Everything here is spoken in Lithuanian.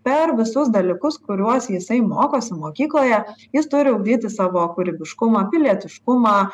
per visus dalykus kuriuos jisai mokosi mokykloje jis turi ugdyti savo kūrybiškumą pilietiškumą